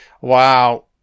Wow